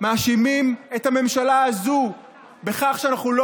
מאשימים את הממשלה הזו בכך שאנחנו לא